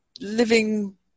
living